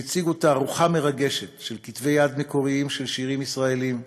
שהציגו תערוכה מרגשת של כתבי יד מקוריים של שירים ישראליים,